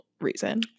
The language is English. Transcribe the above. reason